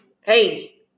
hey